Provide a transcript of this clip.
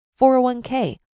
401k